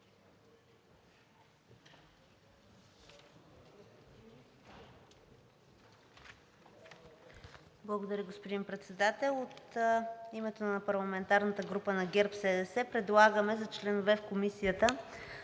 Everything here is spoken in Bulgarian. Благодаря, господин Председател. От името на парламентарната група на ГЕРБ-СДС предлагаме за членове в Комисията: